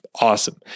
awesome